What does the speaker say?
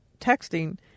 texting